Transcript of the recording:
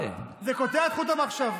אני בא לחזק את מה שהוא אומר,